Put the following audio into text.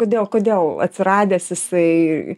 kodėl kodėl atsiradęs jisai